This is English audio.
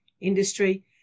industry